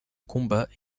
combats